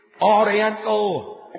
oriental